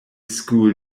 school